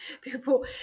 People